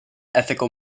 ethical